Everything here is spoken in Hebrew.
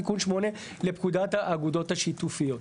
תיקון 8 לפקודת האגודות השיתופיות.